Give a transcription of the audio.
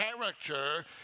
character